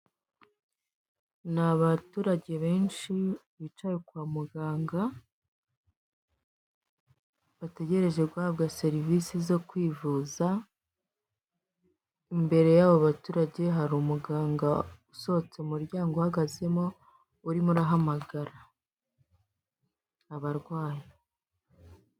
Ni abaturage benshi bicaye kwa muganga bategereje guhabwa serivisi zo kwivuza, imbere yabo baturage hari umuganga usohotse. umuryango ahagazemo urimo hamagara abarwayi.